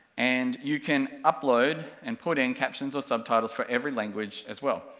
and you can upload and put in captions or subtitles for every language as well.